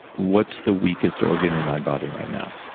what's the weakest organ in my body right now?